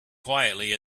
quietly